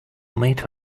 meet